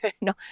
No